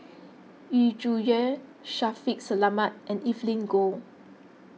Yu Zhuye Shaffiq Selamat and Evelyn Goh